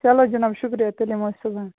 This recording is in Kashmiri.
چلو جِناب شُکریہ تیٚلہِ یِمو أسۍ صُبحن